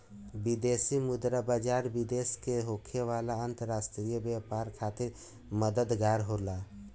विदेशी मुद्रा बाजार, विदेश से होखे वाला अंतरराष्ट्रीय व्यापार खातिर मददगार होला